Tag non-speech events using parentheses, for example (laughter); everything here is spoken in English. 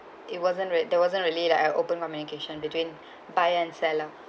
it wasn't rea~ there wasn't really like a open communication between (breath) buyer and seller